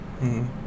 -hmm